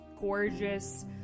gorgeous